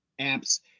apps